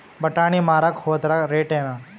ಬಟಾನಿ ಮಾರಾಕ್ ಹೋದರ ರೇಟೇನು?